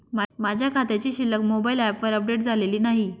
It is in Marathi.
माझ्या खात्याची शिल्लक मोबाइल ॲपवर अपडेट झालेली नाही